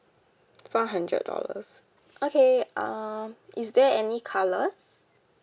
five hundred dollars okay um is there any colours